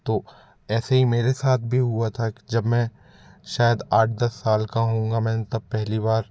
तो ऐसे ही मेरे साथ भी हुआ था कि जब मैं शायद आठ दस साल का होऊँगा मैंने तब पहली बार